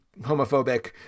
homophobic